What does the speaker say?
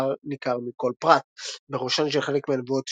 הדבר ניכר מכל פרט בראשן של חלק מן הנבואות